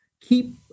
keep